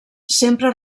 sempre